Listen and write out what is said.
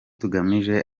tugamije